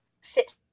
sit